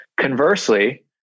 Conversely